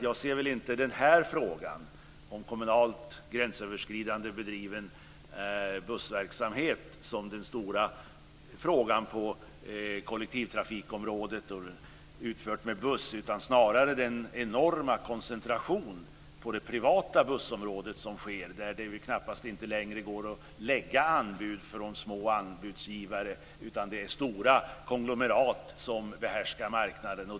Jag ser inte frågan om kommunalt gränsöverskridande bussverksamhet som den stora frågan på kollektivtrafikområdet, utan i stället är det den enorma koncentrationen på det privata bussområdet där det knappast ens längre går att lägga anbud för de små anbudsgivarna. Det är stora konglomerat som behärskar marknaden.